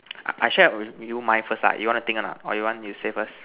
I I share with you mine first lah you want you think or not or you want you say first